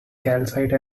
calcite